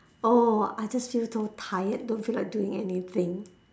oh I just feel so tired don't feel like doing anything